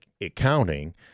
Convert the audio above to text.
accounting